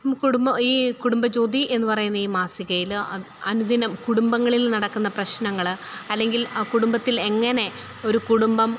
നമുക്ക് കുടുംബ ഈ കുടുംബ ജ്യോതി എന്ന് പറയുന്ന ഈ മാസികയില് അനുദിനം കുടുംബങ്ങളിൽ നടക്കുന്ന പ്രശ്നങ്ങള് അല്ലെങ്കിൽ ആ കുടുംബത്തിൽ എങ്ങനെ ഒരു കുടുംബം